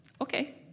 okay